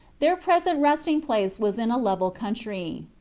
their present resting-place was in a level country.